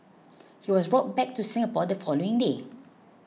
he was brought back to Singapore the following day